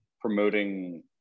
promoting